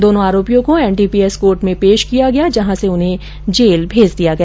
दोनो आरोपियों को एनडीपीएस कोर्ट मेंपेश किया गया जहां से उन्हें जेल भेज दिया गया